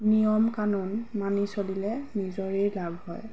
নিয়ম কানুন মানি চলিলে নিজৰেই লাভ হয়